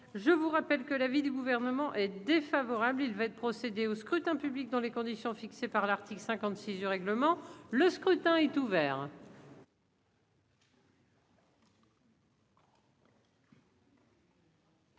je vous rappelle que l'avis du Gouvernement est défavorable, il va être procédé au scrutin public dans les conditions fixées par l'article 56 du règlement, le scrutin est ouvert.